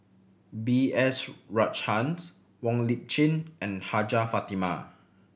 B S Rajhans Wong Lip Chin and Hajjah Fatimah